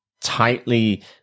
tightly